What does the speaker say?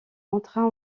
entra